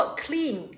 clean